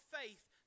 faith